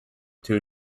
two